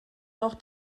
noch